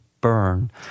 Burn